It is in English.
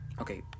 Okay